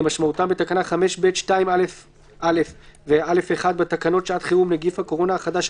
כמשמעותם בתקנה 5(ב)(2א)(א) ו-(א1) בתקנות שעת חירום (נגיף הקורונה החדש,